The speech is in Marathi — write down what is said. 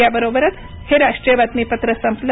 याबरोबरच हे राष्ट्रीय बातमीपत्र संपलं